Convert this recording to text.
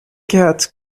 cat